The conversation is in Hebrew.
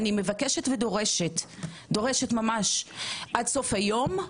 אני מבקשת ודורשת עד סוף היום,